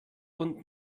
und